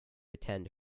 attend